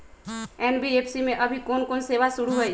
NBFC में अभी कोन कोन सेवा शुरु हई?